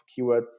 keywords